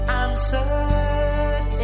answered